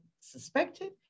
suspected